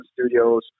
studios